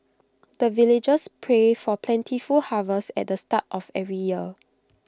the villagers pray for plentiful harvest at the start of every year